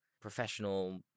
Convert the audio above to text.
professional